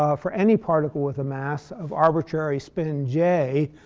ah for any particle with a mass of arbitrary spin j,